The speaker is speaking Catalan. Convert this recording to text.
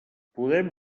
podem